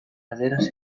erdaraz